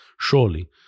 surely